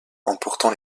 emportant